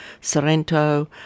Sorrento